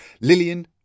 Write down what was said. Lillian